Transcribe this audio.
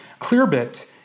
Clearbit